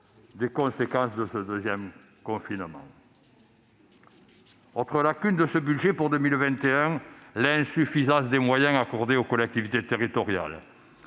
des conséquences de ce deuxième confinement. Autre lacune de ce budget pour 2021, l'insuffisance des moyens octroyés aux collectivités territoriales